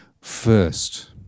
first